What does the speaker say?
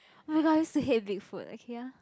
oh my god I used to hate Big Foot okay ya